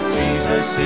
jesus